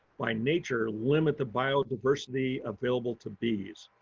by nature, limit the biodiversity available to bees.